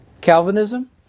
Calvinism